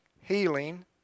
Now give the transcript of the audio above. healing